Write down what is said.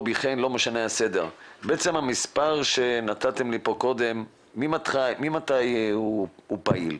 בעצם המספר שנתתם כאן קודם, ממתי הוא פעיל?